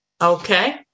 Okay